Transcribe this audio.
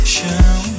Show